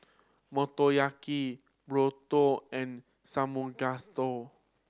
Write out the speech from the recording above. Motoyaki Burrito and Samgeyopsal